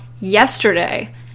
yesterday